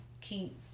keep